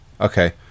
Okay